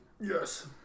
Yes